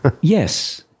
Yes